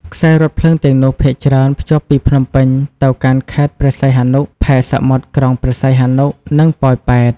ខ្សែរថភ្លើងទាំងនោះភាគច្រើនភ្ជាប់ពីភ្នំពេញទៅកាន់ខេត្តព្រះសីហនុ ផែសមុទ្រក្រុងព្រះសីហនុ និងប៉ោយប៉ែត។